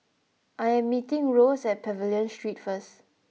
I am meeting Rose at Pavilion Street first